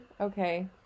Okay